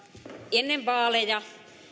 ennen vaaleja